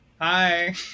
Hi